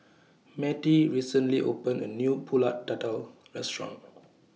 Mattie recently opened A New Pulut Tatal Restaurant